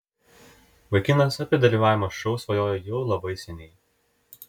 vaikinas apie dalyvavimą šou svajojo jau labai seniai